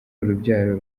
urubyaro